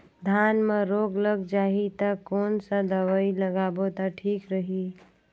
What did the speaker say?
धान म रोग लग जाही ता कोन सा दवाई लगाबो ता ठीक रही?